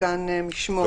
מתקן משמורת.